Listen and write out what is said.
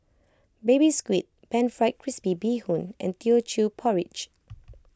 Baby Squid Pan Fried Crispy Bee Hoon and Teochew Porridge